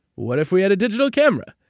what if we had a digital camera?